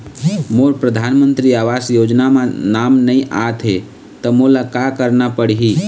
मोर परधानमंतरी आवास योजना म नाम नई आत हे त मोला का करना पड़ही?